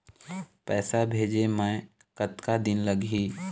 पैसा भेजे मे कतका दिन लगही?